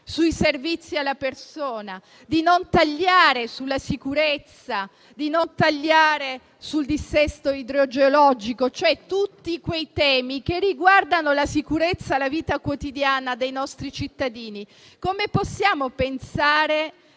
sui servizi alla persona, sulla sicurezza e sul contrasto al dissesto idrogeologico, tutti temi che riguardano la sicurezza e la vita quotidiana dei nostri cittadini. Come possiamo pensare